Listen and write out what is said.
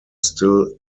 still